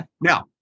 Now